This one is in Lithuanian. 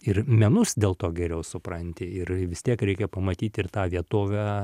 ir menus dėl to geriau supranti ir vis tiek reikia pamatyti ir tą vietovę